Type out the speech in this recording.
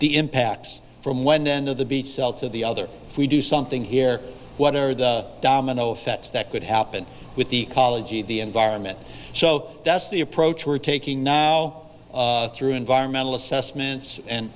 the impacts from one end of the beach cell to the other we do something here what are the domino effects that could happen with the ecology of the environment so that's the approach we're taking now through environmental assessments and